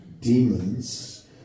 demons